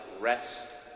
rest